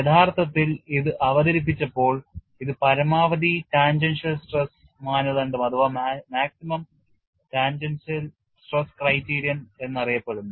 യഥാർത്ഥത്തിൽ ഇത് അവതരിപ്പിച്ചപ്പോൾ ഇത് പരമാവധി ടാൻജൻഷ്യൽ സ്ട്രെസ് മാനദണ്ഡം എന്നറിയപ്പെടുന്നു